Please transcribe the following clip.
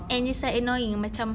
and it's like annoying macam